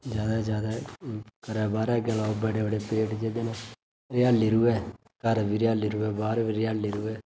ज्यादा ज्यादा बाह्र घरै दे अग्गे लाओ बूह्टे हरियाली होऐ घर बी हरियाली रोऐ बाह्र बी हरयाली रोऐ